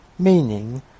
Meaning